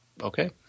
okay